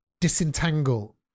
disentangle